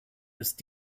ist